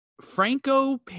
Franco